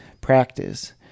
practice